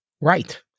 Right